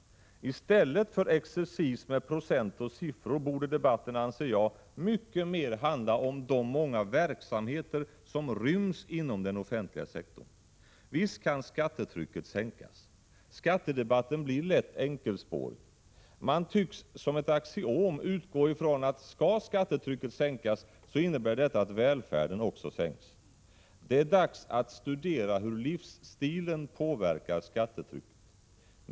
I stället för exercis med procent och siffror borde debatten, anser jag, mycket mer handla om de många verksamheter som ryms inom den offentliga sektorn. Visst kan skattetrycket sänkas. Skattedebatten blir lätt enkelspårig. Man tycks uppställa som ett axiom och utgå ifrån att om skattetrycket skall minskas, då innebär detta att också välfärden minskar. Det är dags att studera hur livsstilen påverkar skattetrycket.